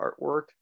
artwork